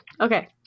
okay